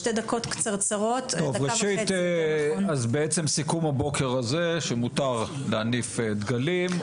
אז ראשית, סיכום הבוקר הזה, שמותר להניף דגלים.